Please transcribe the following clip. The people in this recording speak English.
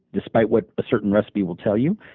despite what a certain recipe will tell you.